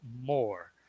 more